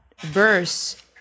verse